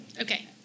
Okay